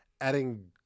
adding